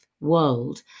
world